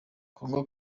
congo